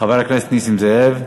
חבר הכנסת נסים זאב,